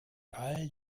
all